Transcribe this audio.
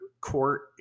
court